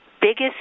biggest